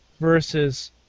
versus